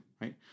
right